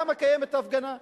למה קיימת הפגנה?